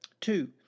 Two